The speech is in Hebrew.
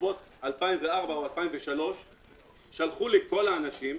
בסביבות שנת 2004 או 2003 שלחו לכל האנשים,